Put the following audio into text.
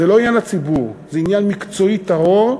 זה לא עניין לציבור, זה עניין מקצועי טהור.